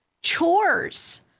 Chores